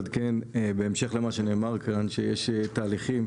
בהמשך למה שנאמר כאן שיש תהליכים